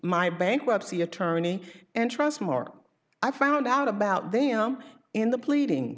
my bankruptcy attorney and trust mark i found out about them in the pleading